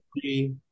three